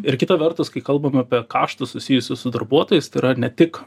ir kita vertus kai kalbam apie kaštus susijusius su darbuotojais tėra ne tik